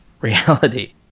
reality